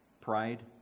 pride